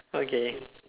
okay